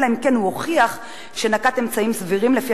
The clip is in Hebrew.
אלא אם כן הוא הוכיח שנקט אמצעים סבירים לפי